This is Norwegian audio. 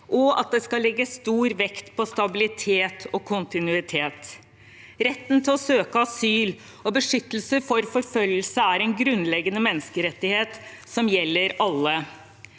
og at det skal legges stor vekt på stabilitet og kontinuitet. Retten til å søke asyl og beskyttelse fra forfølgelse er en grunnleggende menneskerettighet som gjelder alle.